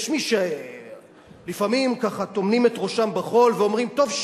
יש מי שלפעמים טומנים את ראשם בחול ואומרים: טוב,